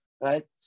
Right